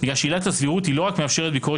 שכן עילת הסבירות לא רק מאפשרת ביקורת